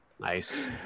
Nice